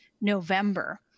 November